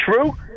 true